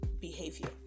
behavior